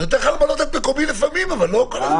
אני נותן לך לפעמים למלא את מקומי, אבל לא עכשיו.